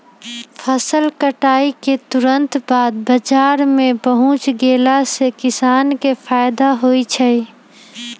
फसल कटाई के तुरत बाद बाजार में पहुच गेला से किसान के फायदा होई छई